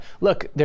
look